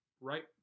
right